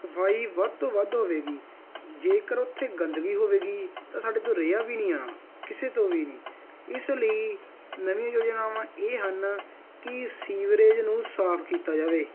ਸਫਾਈ ਵੱਧ ਤੋਂ ਵੱਧ ਹੋਵੇਗੀ ਜੇਕਰ ਉੱਥੇ ਗੰਦਗੀ ਹੋਵੇਗੀ ਤਾਂ ਸਾਡੇ ਤੋਂ ਰਿਹਾ ਵੀ ਨਹੀਂ ਜਾਣਾ ਕਿਸੇ ਤੋਂ ਵੀ ਨਹੀਂ ਇਸ ਲਈ ਨਵੀਆਂ ਯੋਜਨਾਵਾਂ ਇਹ ਹਨ ਕਿ ਸੀਵਰੇਜ ਨੂੰ ਸਾਫ ਕੀਤਾ ਜਾਵੇ